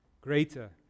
greater